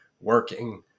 working